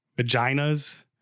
vaginas